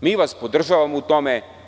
mi vas podržavamo u tome.